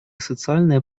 социальное